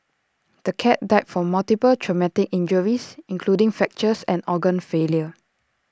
the cat died from multiple traumatic injuries including fractures and organ failure